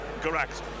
correct